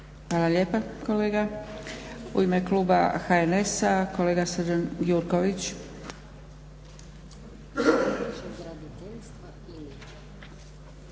Hvala lijepa kolega. U ime kluba HNS-a kolega Srđan Gjurković.